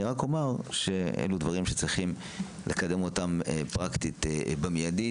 אני רק אומר שאלה דברים שצריכים לקדם אותם פרקטית מידית.